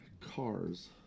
cars